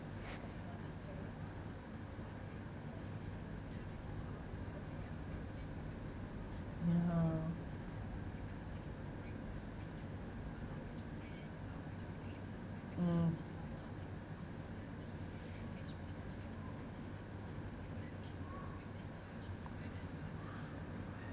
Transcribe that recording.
mm ya mm